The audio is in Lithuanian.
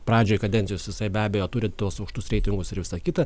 pradžioj kadencijos jisai be abejo turi tuos aukštus reitingus ir visa kita